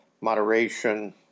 moderation